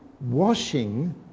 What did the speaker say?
washing